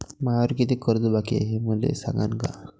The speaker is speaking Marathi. मायावर कितीक कर्ज बाकी हाय, हे मले सांगान का?